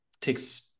takes